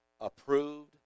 approved